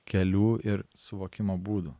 kelių ir suvokimo būdų